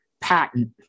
patent